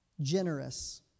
generous